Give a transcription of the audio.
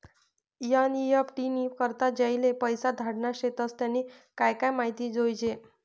NEFT नी करता ज्याले पैसा धाडना शेतस त्यानी काय काय माहिती जोयजे